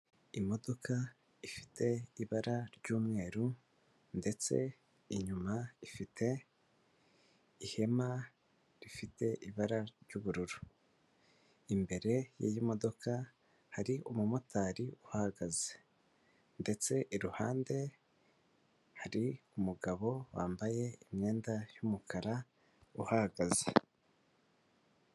Imodoka ifite ibara ry'umweru ndetse inyuma ifite ihema rifite ibara ry'ubururu, imbere y'iyi modoka hari umumotari uhahagaze ndetse iruhande hari umugabo wambaye imyenda y'umukara uhahagaze.